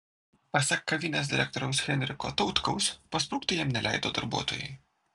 pasak kavinės direktoriaus henriko tautkaus pasprukti jam neleido darbuotojai